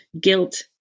guilt